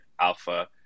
alpha